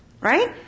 Right